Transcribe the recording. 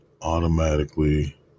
automatically